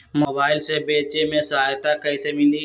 Mobile से बेचे में सहायता कईसे मिली?